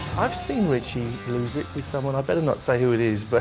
i have seen ritchie lose it with someone, i better not say who it is. but